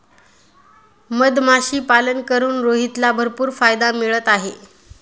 मधमाशीपालन करून रोहितला भरपूर नफा मिळत आहे